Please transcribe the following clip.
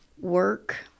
work